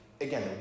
Again